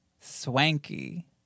swanky